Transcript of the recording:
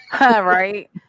Right